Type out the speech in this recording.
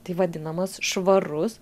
taip vadinamas švarus